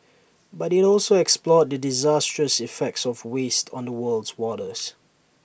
but IT also explored the disastrous effects of waste on the world's waters